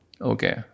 Okay